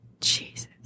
Jesus